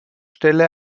stelle